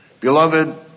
Beloved